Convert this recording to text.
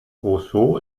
roseau